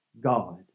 God